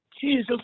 Jesus